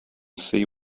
see